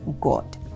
God